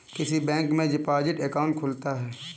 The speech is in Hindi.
किस बैंक में डिपॉजिट अकाउंट खुलता है?